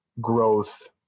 growth